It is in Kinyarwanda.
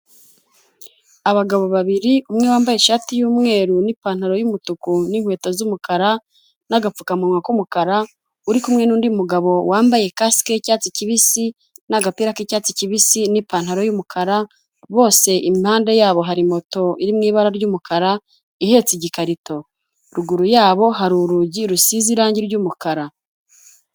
Aagabo babiri umwe wambaye ishati y'umweru n'ipantaro y'umutuku n'inikweto z'umukara n'agapfukamunwa k'umukara, uri kumwe n'undi mugabo wambaye kasike y'icyatsi kibisi n'agapira k'icyatsi kibisi n'ipantaro y'umukara bose impande yabo hari moto iri mu ibara ry'umukara, ihetse igikarito. Ruguru yabo hari urugi rusize irangi ry'umukara.